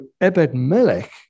Ebed-Melech